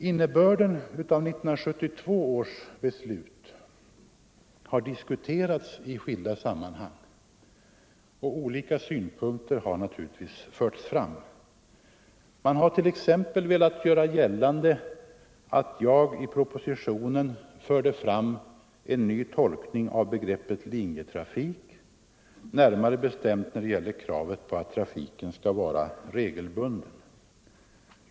Innebörden av 1972 års beslut har diskuterats i skilda sammanhang, och olika synpunkter har naturligtvis förts fram. Man har t.ex. velat göra gällande att jag i propositionen fört fram en ny tolkning av begreppet linjetrafik, närmare bestämt när det gäller kravet på att trafiken skall vara regelbunden.